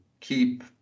keep